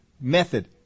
method